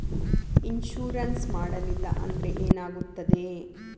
Insurance ಮಾಡಲಿಲ್ಲ ಅಂದ್ರೆ ಏನಾಗುತ್ತದೆ?